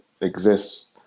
exists